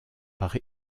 par